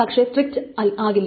പക്ഷെ സ്ട്രിക്റ്റ് ആകില്ല